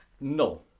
No